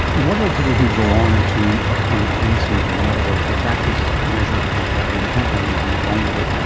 and what about people who go on to a chronic pain syndrome? in other words, their back is measurably better, you can't find anything wrong with it,